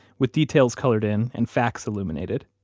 with details colored in and facts illuminated,